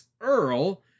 Earl